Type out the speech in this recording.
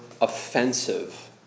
offensive